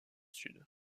sud